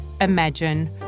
imagine